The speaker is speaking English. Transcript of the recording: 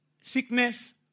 sickness